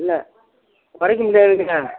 இல்லை குறைக்க முடியாதுங்க